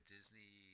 Disney